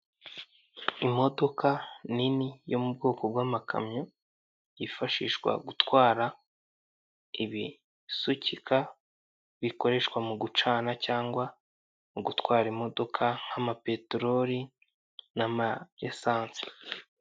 Imodoka nini yo mu bwoko bw'amakamyo yifashishwa mu gutwara ibisukika bikoreshwa mu gucana cyangwa mu gutwara imodoka nk'amapeteroli n'amayesansi.